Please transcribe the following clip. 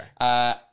Okay